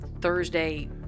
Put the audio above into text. Thursday